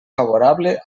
favorable